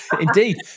Indeed